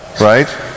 right